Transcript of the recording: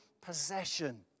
possession